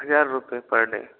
हज़ार रुपये per day